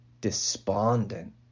despondent